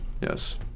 yes